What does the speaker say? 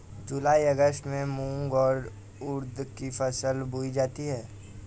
जूलाई अगस्त में मूंग और उर्द की फसल बोई जाती है